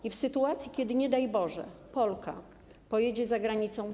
I w sytuacji, kiedy, nie daj Boże, Polka pojedzie za granicę.